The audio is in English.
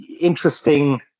interesting